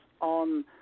on